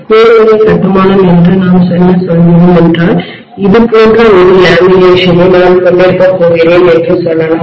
core வகை கட்டுமானம் என்று நாம் என்ன சொல்கிறோம் என்றால் இதுபோன்ற ஒரு லேமினேஷனை நான் கொண்டிருக்கப்போகிறேன் என்று சொல்லலாம்